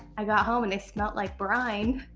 i got home and they smelled like brine.